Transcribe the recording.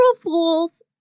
fools